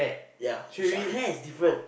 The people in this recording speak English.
ya she uh Claire is different